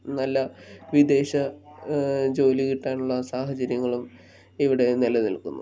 നല്ല വിദേശ ജോലി കിട്ടാനുള്ള സാഹചര്യങ്ങളും ഇവിടെ നിലനിൽക്കുന്നു